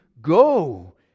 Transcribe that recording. go